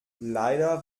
leider